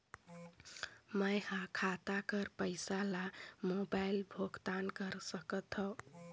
मैं ह खाता कर पईसा ला मोबाइल भुगतान कर सकथव?